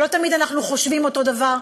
שלא תמיד אנחנו חושבים אותו דבר,